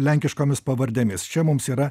lenkiškomis pavardėmis čia mums yra